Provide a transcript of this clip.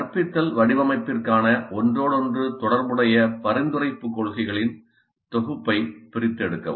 கற்பித்தல் வடிவமைப்பிற்கான ஒன்றோடொன்று தொடர்புடைய பரிந்துரைப்புக் கொள்கைகளின் தொகுப்பை பிரித்தெடுக்கவும்